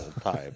time